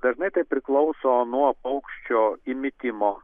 dažnai tai priklauso nuo paukščio įmitimo